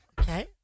Okay